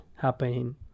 happening